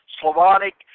Slavonic